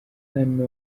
hano